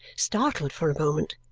startled for a moment.